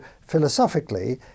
philosophically